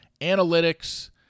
analytics